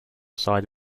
side